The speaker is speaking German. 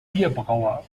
bierbrauer